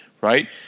right